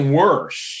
worse